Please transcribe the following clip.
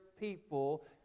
people